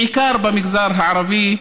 בעיקר במגזר הערבי,